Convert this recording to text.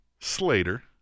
Slater